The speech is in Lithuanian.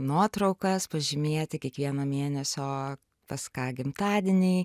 nuotraukas pažymėti kiekvieną mėnesio pas ką gimtadieniai